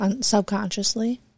subconsciously